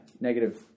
negative